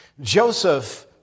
Joseph